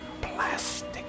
plastic